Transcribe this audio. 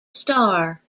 star